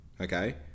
Okay